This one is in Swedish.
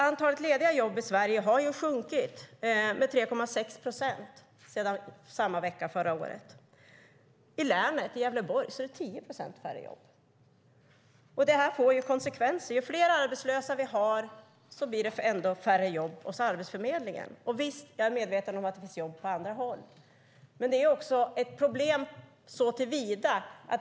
Antalet lediga jobb i Sverige har minskat med 3,6 procent sedan samma tid förra året. I Gävleborgs län är det 10 procent färre jobb. Det får konsekvenser. Vi har fler arbetslösa, och så blir det ännu färre jobb hos Arbetsförmedlingen. Jag är medveten om att det finns jobb på andra håll. Men det är också ett problem.